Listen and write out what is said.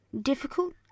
difficult